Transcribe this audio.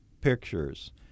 pictures